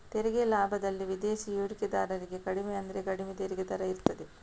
ತೆರಿಗೆ ಲಾಭದಲ್ಲಿ ವಿದೇಶಿ ಹೂಡಿಕೆದಾರರಿಗೆ ಕಡಿಮೆ ಅಂದ್ರೆ ಕಡಿಮೆ ತೆರಿಗೆ ದರ ಇರ್ತದೆ